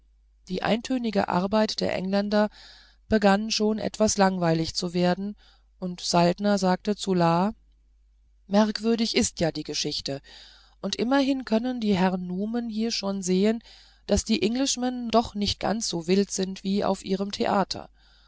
die eintönige arbeit der engländer begann schon etwas langweilig zu werden und saltner sagte zu la merkwürdig ist ja die geschichte und immerhin können die herrn nume hier schon sehen daß die englishmen doch nicht ganz so wild sind wie auf ihrem theater